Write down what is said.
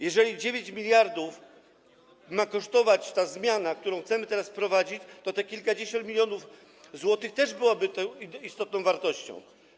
Jeżeli 9 mld ma kosztować ta zmiana, którą chcemy teraz wprowadzić, to te kilkadziesiąt milionów złotych też byłoby istotną wartością.